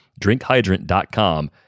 drinkhydrant.com